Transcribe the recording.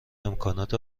امکانات